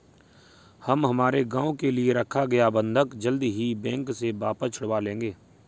हम हमारे घर के लिए रखा गया बंधक जल्द ही बैंक से वापस छुड़वा लेंगे